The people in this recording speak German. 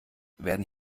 werden